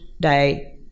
day